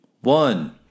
one